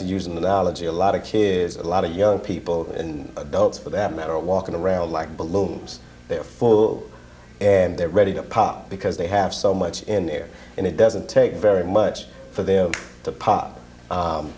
to use an analogy a lot of tears a lot of young people and adults for that matter walking around like balloons they're full and they're ready to pop because they have so much in there and it doesn't take very much for them to pop